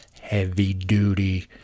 heavy-duty